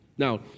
Now